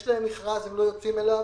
יש להם מכרז אך הם לא יוצאים אליו.